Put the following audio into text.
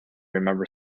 remember